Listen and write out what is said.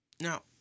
Now